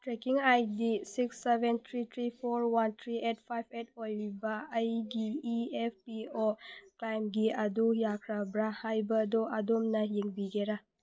trekking I D six seven three three four one three eight five eight ꯑꯣꯏꯕ ꯑꯩꯒꯤ E F P O ꯀ꯭ꯂꯥꯏꯝꯒꯤ ꯑꯗꯨ ꯌꯥꯈ꯭ꯔꯕ꯭ꯔ ꯍꯥꯏꯕ ꯑꯗꯣ ꯑꯗꯣꯝꯅ ꯌꯦꯡꯕꯤꯒꯦꯔꯥ